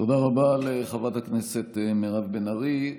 תודה רבה לחברת הכנסת מירב בן ארי,